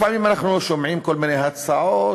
לפעמים אנחנו שומעים כל מיני הצעות,